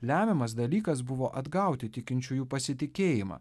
lemiamas dalykas buvo atgauti tikinčiųjų pasitikėjimą